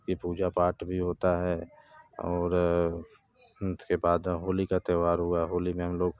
ये पूजा पाठ भी होती है और उसके बाद होली का त्यौहार हुआ होली में हम लोग